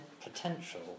Potential